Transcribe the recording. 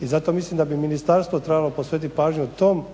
I zato mislim da bi ministarstvo trebalo posvetit pažnju tom.